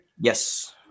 yes